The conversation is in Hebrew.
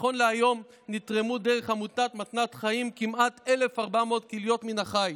נכון להיום נתרמו דרך עמותת מתנת חיים כמעט 1,400 כליות מן החי.